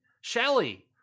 shelly